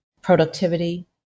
productivity